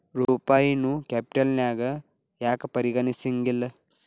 ರೂಪಾಯಿನೂ ಕ್ಯಾಪಿಟಲ್ನ್ಯಾಗ್ ಯಾಕ್ ಪರಿಗಣಿಸೆಂಗಿಲ್ಲಾ?